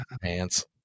pants